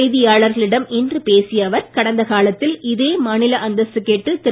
செய்தியாளர்களிடம் இன்று பேசிய அவர் கடந்த காலத்தில் இதே மாநில அந்தஸ்து கேட்டு திரு